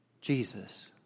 Jesus